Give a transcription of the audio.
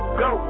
go